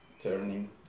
turning